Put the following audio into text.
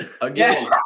Again